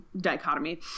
dichotomy